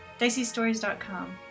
DiceyStories.com